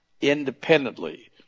independently